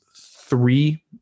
three